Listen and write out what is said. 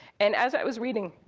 and as i was reading,